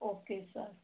okay sir